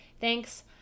Thanks